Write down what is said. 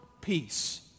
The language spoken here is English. peace